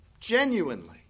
genuinely